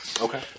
Okay